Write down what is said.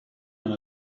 and